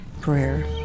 prayer